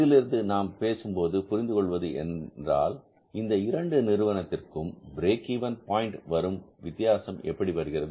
இதிலிருந்து நான் பேசும்போது புரிந்து கொள்வது என்றால் இந்த இரண்டு நிறுவனத்திற்கும் பிரேக் இவென் பாயின்ட் வரும் வித்தியாசம் எப்படி வருகிறது